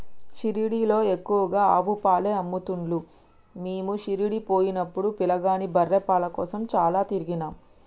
షిరిడీలో ఎక్కువగా ఆవు పాలే అమ్ముతున్లు మీము షిరిడీ పోయినపుడు పిలగాని బర్రె పాల కోసం చాల తిరిగినం